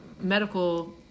medical